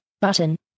button